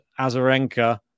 Azarenka